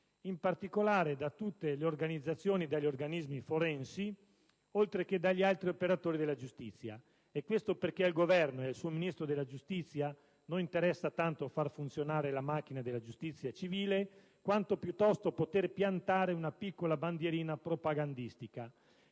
in particolare da tutte le organizzazioni e dagli organismi forensi, oltre che dagli altri operatori della giustizia. Probabilmente, al Governo e al suo Ministro della giustizia interessa non tanto far funzionare la macchina della giustizia civile, quanto piuttosto poter piantare una piccola bandierina propagandistica.